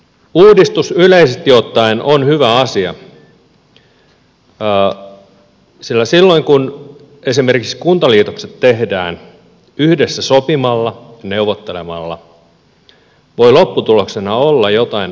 uudistus yleisesti ottaen on hyvä asia sillä silloin kun esimerkiksi kuntaliitokset tehdään yhdessä sopimalla neuvottelemalla voi lopputuloksena olla jotain alkuperäistä parempaa